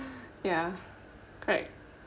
ya correct